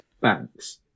banks